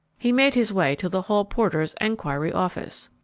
he made his way to the hall porter's enquiry office.